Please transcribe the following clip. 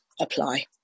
apply